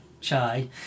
Chai